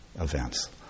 events